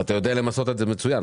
אתה יודע למסות את זה מצוין.